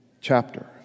chapter